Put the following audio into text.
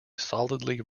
solidly